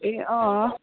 ए अँ